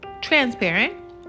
transparent